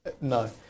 No